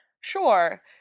Sure